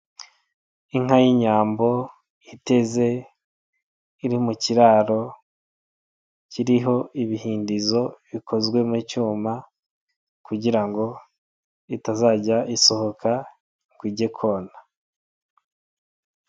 Inka y'inyambo iteze iri mu kiraro kiriho ibihindizo bikozwe mu icyuma kugira ngo itazajya isohoka nyo ijye kona.